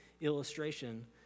illustration